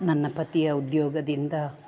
ನನ್ನ ಪತಿಯ ಉದ್ಯೋಗದಿಂದ